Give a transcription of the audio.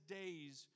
days